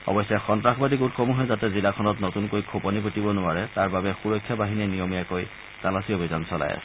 অৱশ্যেসন্তাসবাদী গোটসমূহে যাতে জিলাখনত নতুনকৈ খোপনি পুতিব নোৱাৰে তাৰ বাবে সুৰক্ষা বাহিনীয়ে নিয়মীয়াকৈ তালাচী অভিযান চলাই আছে